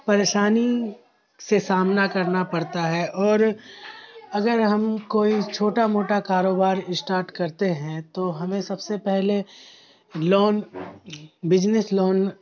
پریشانی سے سامنا کرنا پڑتا ہے اور اگر ہم کوئی چھوٹا موٹا کاروبار اسٹاٹ کرتے ہیں تو ہمیں سب سے پہلے لون بزنس لون